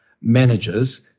managers